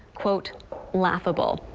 quote laughable.